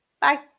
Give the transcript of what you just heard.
Bye